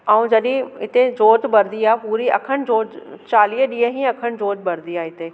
ऐं जॾहिं हिते जोत बरदी आहे पूरी अखंड जोत चालीह ॾींहं ई अखंड जोत बरदी आहे हिते